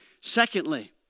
Secondly